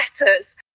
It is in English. letters